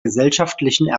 gesellschaftlichen